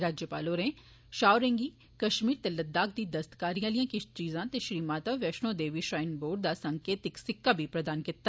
राज्यपाल होरें षाह होरें गी कष्मीर ते लद्वाख दी दस्तकारी आलियां किष चीजां ते श्री माता वैश्णो देवी श्राईन बोर्ड दा सांकेतिक सिक्का बी प्रदान कीता